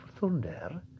Thunder